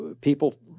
people